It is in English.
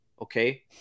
okay